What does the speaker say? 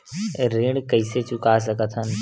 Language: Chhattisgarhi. ऋण कइसे चुका सकत हन?